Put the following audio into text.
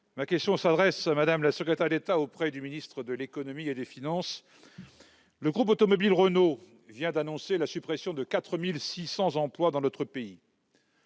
Ma question s'adresse à Mme la secrétaire d'État auprès du ministre de l'économie et des finances. Le groupe automobile Renault vient d'annoncer la suppression de 4 600 emplois dans notre pays.